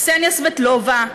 קסניה סבטלובה,